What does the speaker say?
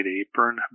apron